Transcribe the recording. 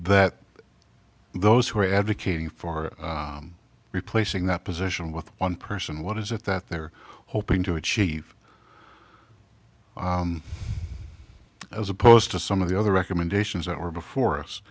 that those who are advocating for replacing that position with one person what is it that they're hoping to achieve as opposed to some of the other recommendations that were before us